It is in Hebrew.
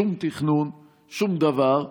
שום תכנון, שום דבר.